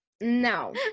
no